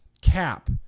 cap